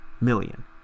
million